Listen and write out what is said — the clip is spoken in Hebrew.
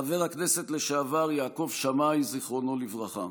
חבר הכנסת לשעבר יעקב שמאי, זיכרונו לברכה.